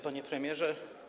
Panie Premierze!